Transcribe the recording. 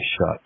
shut